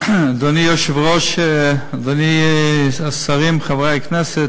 אדוני היושב-ראש, רבותי השרים, חברי הכנסת,